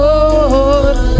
Lord